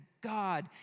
God